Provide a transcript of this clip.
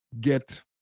get